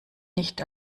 nicht